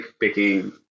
picking